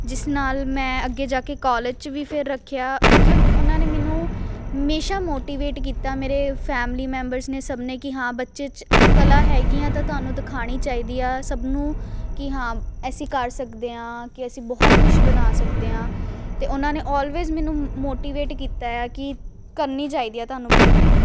ਜਿਸ ਨਾਲ ਮੈਂ ਅੱਗੇ ਜਾ ਕੇ ਕਾਲਜ 'ਚ ਵੀ ਫਿਰ ਰੱਖਿਆ ਮਤਲਬ ਉਹਨਾਂ ਨੇ ਮੈਨੂੰ ਹਮੇਸ਼ਾ ਮੋਟੀਵੇਟ ਕੀਤਾ ਮੇਰੇ ਫੈਮਲੀ ਮੈਂਬਰਜ਼ ਨੇ ਸਭ ਨੇ ਕਿ ਹਾਂ ਬੱਚੇ 'ਚ ਕਲਾ ਹੈਗੀ ਆ ਤਾਂ ਤੁਹਾਨੂੰ ਦਿਖਾਉਣੀ ਚਾਹੀਦੀ ਆ ਸਭ ਨੂੰ ਕਿ ਹਾਂ ਅਸੀਂ ਕਰ ਸਕਦੇ ਹਾਂ ਕਿ ਅਸੀਂ ਬਹੁਤ ਕੁਛ ਬਣਾ ਸਕਦੇ ਹਾਂ ਅਤੇ ਉਹਨਾਂ ਨੇ ਆਲਵੇਜ਼ ਮੈਨੂੰ ਮੋਟੀਵੇਟ ਕੀਤਾ ਹੈ ਕਿ ਕਰਨੀ ਚਾਹੀਦੀ ਆ ਤੁਹਾਨੂੰ ਪੇਂਟਿੰਗ